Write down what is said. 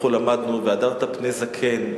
למדנו "והדרת פני זקן",